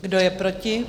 Kdo je proti?